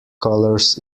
colours